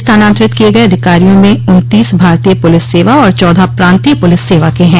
स्थानान्तरित किये गये अधिकारियों में उन्तीस भारतीय पुलिस सेवा और चौदह प्रान्तीय पुलिस सेवा के हैं